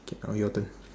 okay now your turn